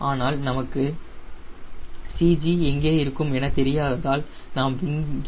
ஆனால் நமக்கு CG எங்கே இருக்கும் என தெரியாததால் நாம் விங்கின் a